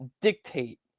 dictate